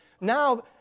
Now